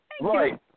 Right